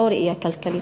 לא ראייה כלכלית.